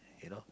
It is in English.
you know